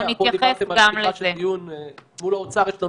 פה דיברתם על --- מול האוצר יש לנו